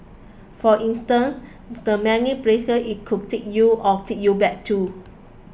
for instance the many places it could take you or take you back to